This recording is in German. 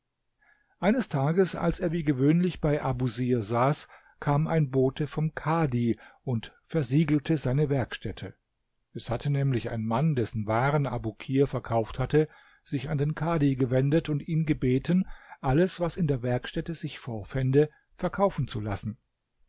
eines tages als er wie gewöhnlich bei abusir saß kam ein bote vom kadhi und versiegelte seine werkstätte es hatte nämlich ein mann dessen waren abukir verkauft hatte sich an den kadhi gewendet und ihn gebeten alles was in der werkstätte sich vorfände verkaufen zu lassen